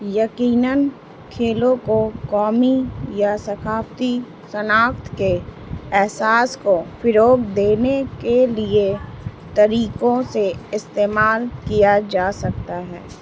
یقیناً کھیلوں کو قومی یا ثقافتی شناخت کے احساس کو فروغ دینے کے لیے طریقوں سے استعمال کیا جا سکتا ہے